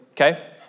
okay